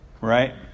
right